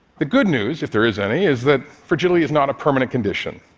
the good news, if there is any, is that fragility is not a permanent condition.